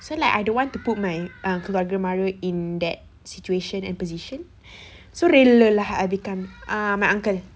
so like I don't want to put my keluarga maruah in that situation and position so rela lah adakan ah my uncle